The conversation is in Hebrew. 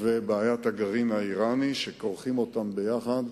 ובעיית הגרעין האירני, כורכים אותן יחד,